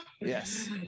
Yes